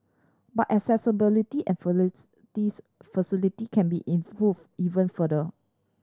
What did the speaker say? but accessibility and facilities can be improved even further